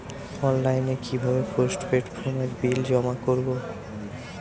অনলাইনে কি ভাবে পোস্টপেড ফোনের বিল জমা করব?